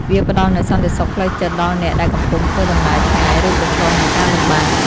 វាផ្ដល់នូវសន្តិសុខផ្លូវចិត្តដល់អ្នកដែលកំពុងធ្វើដំណើរឆ្ងាយ ឬប្រឈមនឹងការលំបាក។